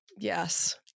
yes